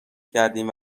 کردیم